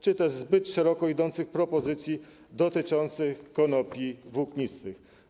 czy też zbyt szeroko idących propozycji dotyczących konopi włóknistych.